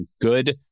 good